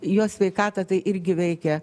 jos sveikatą tai irgi veikia